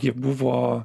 jie buvo